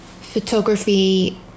Photography